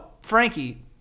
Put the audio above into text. Frankie